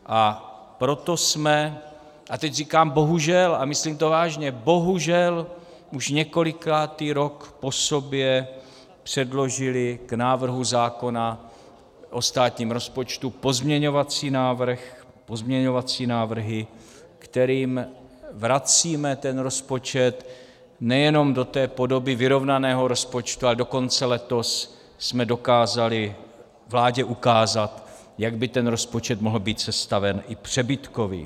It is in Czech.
A proto jsme a teď říkám bohužel, a myslím to vážně bohužel už několikátý rok po sobě předložili k návrhu zákona o státním rozpočtu pozměňovací návrh, pozměňovací návrhy, kterými vracíme ten rozpočet nejenom do té podoby vyrovnaného rozpočtu, ale dokonce letos jsme dokázali vládě ukázat, jak by ten rozpočet mohl být sestaven i přebytkový.